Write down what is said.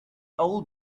old